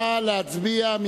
נא להצביע.